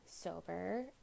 sober